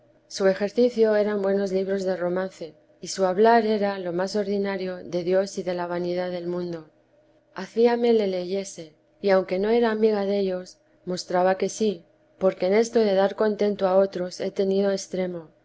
su ejercicio era buenos libros de romance y su hablar era lo más ordinario de dios y de la vanidad del mundo hacíame le leyese y aunque no era amiga dellos mostraba que sí porque en esto de dar contento a otros he tenido extremo